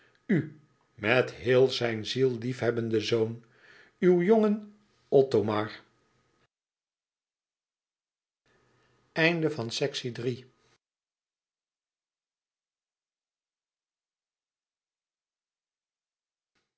met heél zijn ziel liefhebbenden zoon uw jongen